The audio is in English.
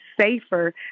safer